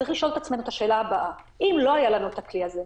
אנחנו צריכים לשאול את עצמנו את השאלה הבאה: אם לא היה לנו את הכלי הזה,